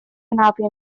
hanafu